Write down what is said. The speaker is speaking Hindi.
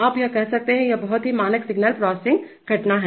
तो आप यह कर सकते हैं यह एक बहुत ही मानक सिग्नल प्रोसेसिंग घटना है